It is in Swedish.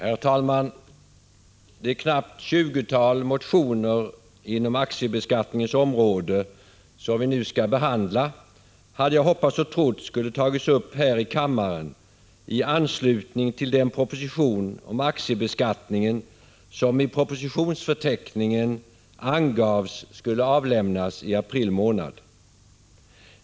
Herr talman! Det knappt tjugotal motioner inom aktiebeskattningens område som vi nu skall behandla hade jag hoppats och trott skulle ha tagits upp här i kammaren i anslutning till den proposition om aktiebeskattningen som i propositionsförteckningen angavs skulle avlämnas i april månad.